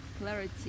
Clarity